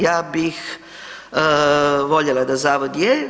Ja bih voljela da zavod je.